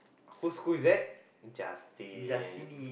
whose school is that Justin